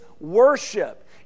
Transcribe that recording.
worship